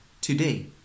today